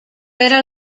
era